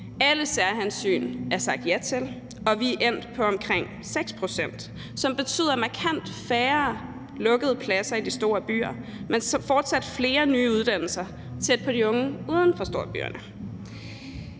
Alle særhensyn er der sagt ja til, og vi er endt på omkring 6 pct., som betyder markant færre lukkede pladser i de store byer, men fortsat flere nye uddannelser tæt på de unge uden for storbyerne.